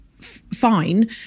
fine